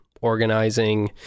organizing